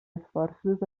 esforços